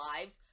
lives